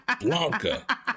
Blanca